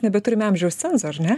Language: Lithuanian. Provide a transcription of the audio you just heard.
nebeturime amžiaus cenzo ar ne